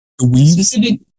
specific